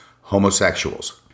homosexuals